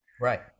Right